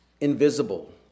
invisible